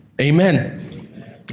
Amen